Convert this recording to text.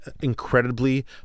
incredibly